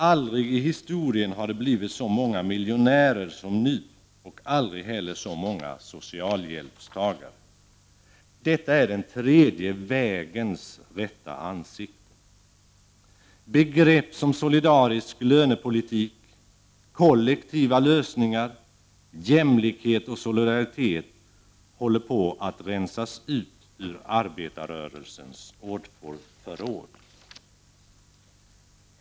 Aldrig i historien har det blivit så många miljonärer som nu och aldrig heller så många socialhjälpstagare. Detta är den tredje vägens rätta ansikte. Begrepp som solidarisk lönepolitik, kollektiva lösningar, jämlikhet och solidaritet håller på att rensas ut ur arbetarrörlsens ordförråd.